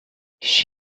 she